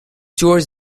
towards